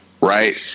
right